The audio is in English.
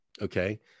Okay